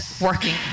working